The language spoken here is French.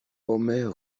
omer